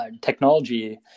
technology